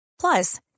Plus